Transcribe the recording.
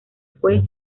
fue